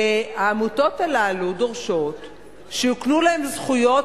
העמותות הללו דורשות שיוקנו להן זכויות